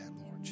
Lord